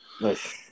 Nice